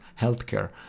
healthcare